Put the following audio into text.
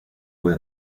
pude